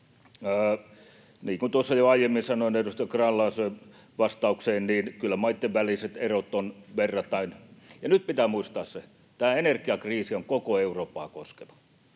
Niin kuin tuossa jo aiemmin sanoin edustaja Grahn-Laasoselle vastauksena, kyllä maitten väliset erot ovat verrattain... Ja nyt pitää muistaa se, että tämä energiakriisi on koko Eurooppaa koskeva.